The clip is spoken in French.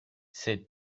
ces